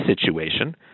situation